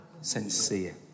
sincere